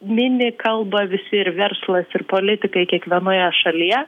mini kalba visi ir verslas ir politikai kiekvienoje šalyje